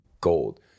gold